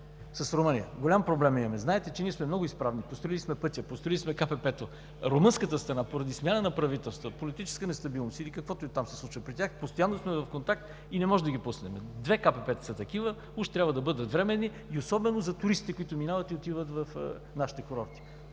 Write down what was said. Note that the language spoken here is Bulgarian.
с Румъния. Голям проблем имаме. Знаете, че ние сме много изправни – построили сме пътя, построили сме КПП-то. Румънската страна, поради смяна на правителства, политическа нестабилност или каквото и там да се случва при тях – постоянно сме в контакт, и не можем да ги пуснем. Две КПП-та са такива – трябва да бъдат временни, особено за туристите, които минават и отиват в нашите курорти.